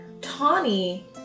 Tawny